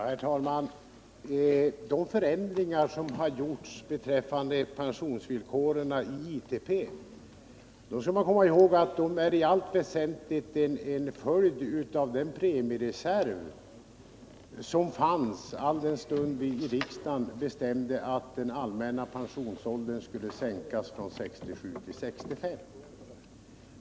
Herr talman! Man bör komma ihåg att de förändringar som har gjorts i pensionsvillkoren i ITP i allt väsentligt är en följd av den premiereserv som fanns, alldenstund riksdagen bestämde att den allmänna pensionsåldern skulle sänkas från 67 till 65 år.